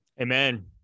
Amen